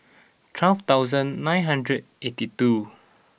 twelve thousand nine hundred eighty two